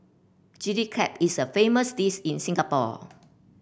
Chilli Crab is a famous dis in Singapore